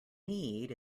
need